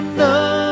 no